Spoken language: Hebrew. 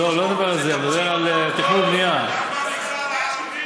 אני לא מדבר על זה, אני מדבר על תכנון ובנייה.